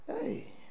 hey